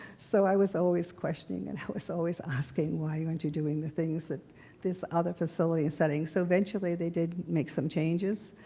so, i was always questioning, and i was always asking, why aren't you doing the things that these other facility and settings? so eventually, they did make some changes.